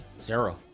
zero